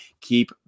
Keep